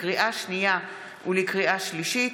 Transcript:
לקריאה שנייה ולקריאה שלישית,